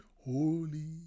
Holy